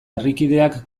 herrikideak